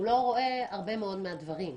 הוא לא רואה הרבה מאוד מהדברים.